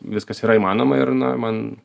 viskas yra įmanoma ir na man